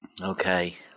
Okay